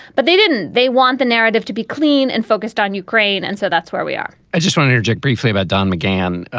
but they didn't. they want the narrative to be clean and focused on ukraine. and so that's where we are i just want interject briefly about don mcgann.